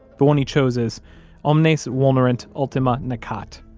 the one he chose is omnes vulnerant, ultima necat